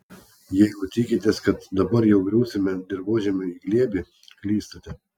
jeigu tikitės kad dabar jau griūsime dirvožemiui į glėbį klystate